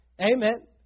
Amen